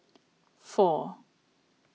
four